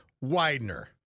Widener